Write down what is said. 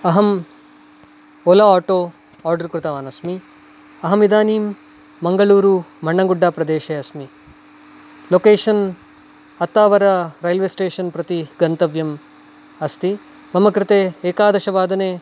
अहम् Ola auto order कृतवान् अस्मि अहमिदानीं मङ्गळूरु मण्णङ्गुड्डाप्रदेशे अस्मि लोकेशन् अत्तावर रैल्वे स्टेषन् प्रति गन्तव्यम् अस्ति मम कृते एकादशवादने